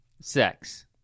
sex